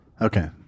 Okay